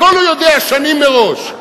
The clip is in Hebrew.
הכול הוא יודע שנים מראש.